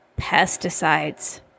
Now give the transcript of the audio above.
Pesticides